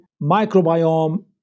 microbiome